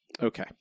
Okay